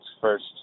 first